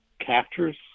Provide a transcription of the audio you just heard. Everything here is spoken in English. captures